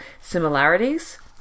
similarities